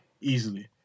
easily